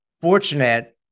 fortunate